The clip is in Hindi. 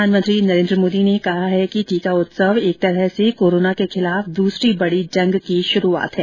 प्रधानमंत्री नरेन्द्र मोदी ने कहा है कि टीका उत्सव एक तरह से कोरोना के खिलाफ दूसरी बड़ी जंग की शुरूआत है